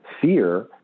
fear